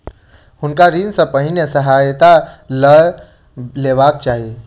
हुनका ऋण सॅ पहिने सहायता लअ लेबाक चाही